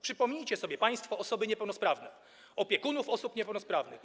Przypomnijcie sobie państwo osoby niepełnosprawne, opiekunów osób niepełnosprawnych.